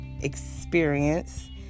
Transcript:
experience